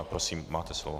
Prosím, máte slovo.